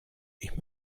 ich